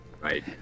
Right